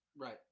Right